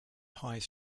highest